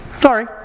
Sorry